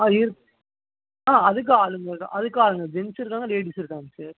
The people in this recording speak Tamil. ஆ இருக்குது ஆ அதுக்கும் ஆளுங்கள் இருக் அதுக்கும் ஆளுங்கள் ஜென்ஸ்ஸும் இருக்காங்க லேடீஸ்ஸும் இருக்காங்க சார்